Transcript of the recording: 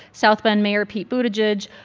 south bend mayor pete buttigieg,